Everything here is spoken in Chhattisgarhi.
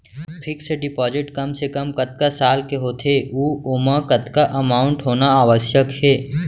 फिक्स डिपोजिट कम से कम कतका साल के होथे ऊ ओमा कतका अमाउंट होना आवश्यक हे?